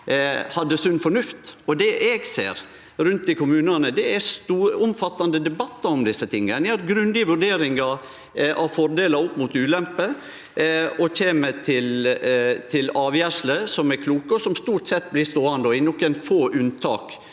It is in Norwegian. hadde sunn fornuft. Det eg ser rundt i kommunane, er store, omfattande debattar om desse tinga. Ein gjer grundige vurderingar av fordelar opp mot ulemper og kjem til avgjersler som er kloke, og som stort sett blir ståande – og i nokre få unntak